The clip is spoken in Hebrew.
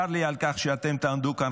צר לי על כך שאתם תעמדו כאן,